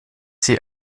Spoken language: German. sie